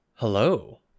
Hello